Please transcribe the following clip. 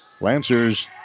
Lancers